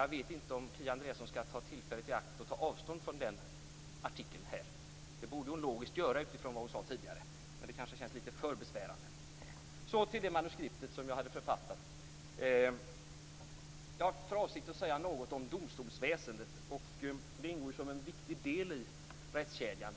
Jag vet inte om Kia Andreasson skall ta tillfället i akt att ta avstånd från den artikeln här. Det borde hon logiskt sett göra utifrån vad hon sade tidigare. Men det kanske känns lite för besvärande. Så går jag över till det manuskript som jag hade författat. Jag har för avsikt att säga något om domstolsväsendet. Det ingår ju som en viktig i del i rättskedjan.